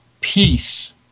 peace